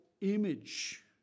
image